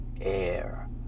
air